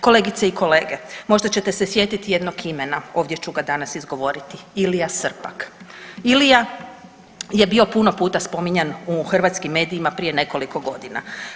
Kolegice i kolege možda ćete se sjetiti jednog imena ovdje ću ga danas izgovoriti Ilija Srpak, Ilija je bio puno puta spominjan u hrvatskim medijima prije nekoliko godina.